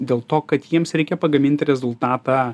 dėl to kad jiems reikia pagamint rezultatą